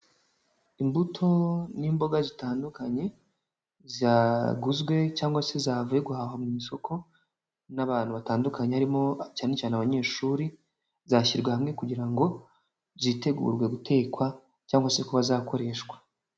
Imbuto n'imboga zitandukanye zaguzwe cyangwa se zavuye guhahwa mu isoko n'abantu batandukanye, harimo cyane cyane abanyeshuri zashyirwa hamwe kugira ngo zitegurwe gutekwa, cyangwa se kuba zakoreshwa